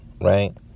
Right